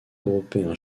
européen